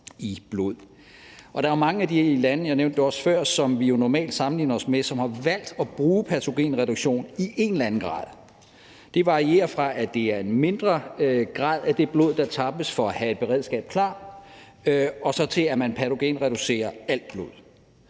før, mange af de lande, som vi normalt sammenligner os med, som har valgt at bruge patogenreduktion i en eller anden grad. Det varierer fra, at det er en mindre grad af det blod, der tappes for at have et beredskab klar, og til, at man patogenreducerer alt blod.